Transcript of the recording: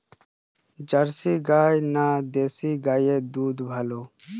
Jersey গাই না দেশী গাইয়ের দুধ ভালো?